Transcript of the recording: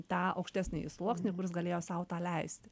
tą aukštesnįjį sluoksnį kuris galėjo sau tą leisti